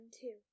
two